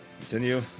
Continue